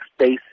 space